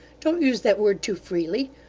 don't use that word too freely.